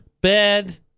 bed